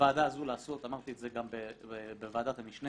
מהוועדה הזאת לעשות ואמרתי את זה גם בוועדת המשנה